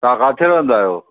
तव्हां काथे रहंदा आहियो